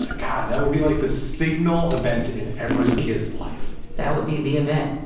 ah god, that would be like the signal event in every kid's life. that would be the event